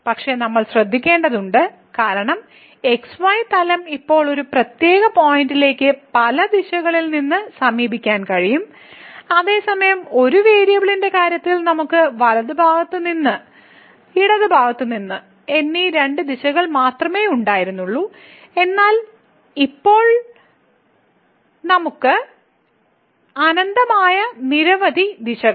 പക്ഷെ നമ്മൾ ശ്രദ്ധിക്കേണ്ടതുണ്ട് കാരണം xy തലം ഇപ്പോൾ നമുക്ക് ഒരു പ്രത്യേക പോയിന്റിലേക്ക് പല ദിശകളിൽ നിന്ന് സമീപിക്കാൻ കഴിയും അതേസമയം ഒരു വേരിയബിളിന്റെ കാര്യത്തിൽ നമുക്ക് വലതുഭാഗത്ത് നിന്ന് ഇടത് വശത്ത് നിന്ന് രണ്ട് ദിശകൾ മാത്രമേ ഉണ്ടായിരുന്നുള്ളൂ എന്നാൽ ഇപ്പോൾ നമുക്ക് അനന്തമായി നിരവധി ദിശകൾ